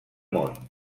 món